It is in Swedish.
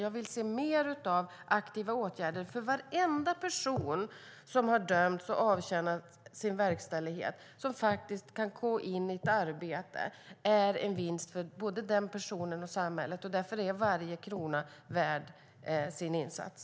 Jag vill se mer av aktiva åtgärder. Varenda person som har dömts och avtjänat sin verkställighet och faktiskt kan gå in i ett arbete är en vinst för både den personen och samhället. Därför är varje krona värd sin insats.